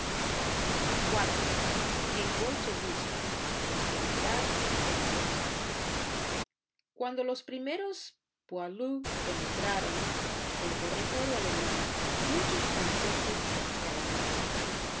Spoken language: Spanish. iv el bolchevismo enfermedad infecciosa cuando los primeros poilus penetraron en territorio alemán muchos franceses se alarmaron